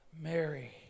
Mary